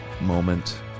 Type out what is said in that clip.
moment